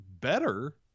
better